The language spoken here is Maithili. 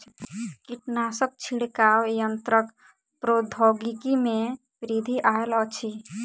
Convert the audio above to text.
कीटनाशक छिड़काव यन्त्रक प्रौद्योगिकी में वृद्धि आयल अछि